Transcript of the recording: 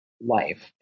life